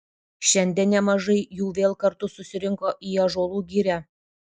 šiandien nemažai jų vėl kartu susirinko į ąžuolų girią